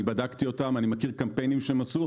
בדקתי אותם, אני מכיר קמפיינים שהם עשו.